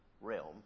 realm